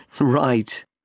Right